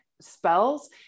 spells